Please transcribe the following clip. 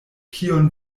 kion